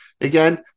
Again